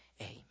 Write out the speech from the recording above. Amen